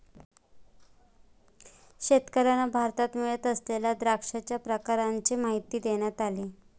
शेतकर्यांना भारतात मिळत असलेल्या द्राक्षांच्या प्रकारांची माहिती देण्यात आली